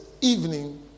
evening